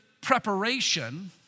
preparation